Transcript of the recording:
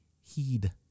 heed